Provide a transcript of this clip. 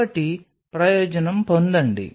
కాబట్టి ప్రయోజనం పొందండి